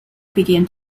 began